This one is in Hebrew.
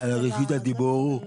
על רשות הדיבור.